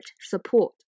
support